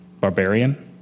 barbarian